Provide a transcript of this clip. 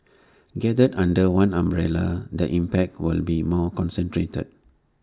gathered under one umbrella the impact will be more concentrated